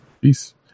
peace